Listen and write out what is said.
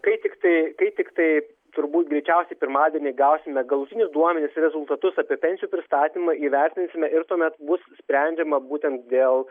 kai tiktai kai tiktai turbūt greičiausiai pirmadienį gausime galutinius duomenis rezultatus apie pensijų pristatymą įvertinsime ir tuomet bus sprendžiama būtent dėl